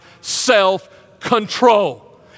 self-control